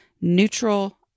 Neutral